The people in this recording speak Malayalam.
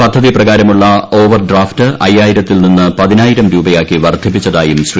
പദ്ധതി പ്രകാരമുള്ള ഓവർഗ്രാഫ്റ്റ് അയ്യായിരത്തിൽ നിന്ന് പതിനായിരം രൂപയാക്കി വർദ്ധിപ്പിച്ചതായും ശ്രീ